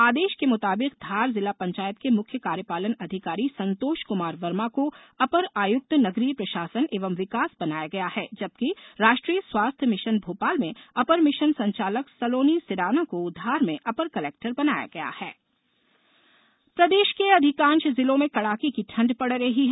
आदेश के मुताबिक धार जिला पंचायत के मुख्य कार्यपालन अधिकारी संतोष कुमार वर्मा को अपर आयुक्त नगरीय प्रशासन एवं विकास बनाया गया है जबकि राष्ट्रीय स्वास्थ्य मिशन भोपाल में अपर मिशन संचालक सलोनी सिडाना को धार में अपर कलेक्टर बनाया गया मौसम प्रदेश के अधिकांश जिलों में कड़ाके की ठंड पड़ रही है